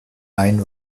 ein